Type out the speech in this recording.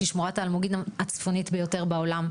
שהיא שמורת האלמוגים הצפונית ביותר בעולם.